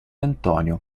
antonio